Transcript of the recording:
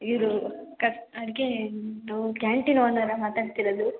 ಇವರು ಕಟ್ಟು ಅಡ್ಗೆ ತೂ ಕ್ಯಾಂಟೀನ್ ಓನರ ಮಾತಾಡ್ತಿರೋದು